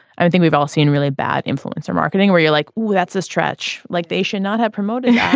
i think we've all seen really bad influencer marketing where you're like well that's a stretch like they should not have promoted yeah